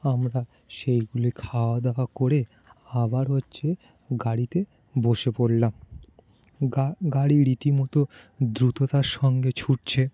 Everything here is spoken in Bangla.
আমরা সেইগুলি খাওয়া দাওয়া করে আবার হচ্ছে গাড়িতে বসে পড়লাম গা গাড়ি রীতিমতো দ্রুততার সঙ্গে ছুটছে